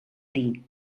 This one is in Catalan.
dir